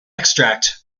extract